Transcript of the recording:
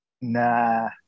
Nah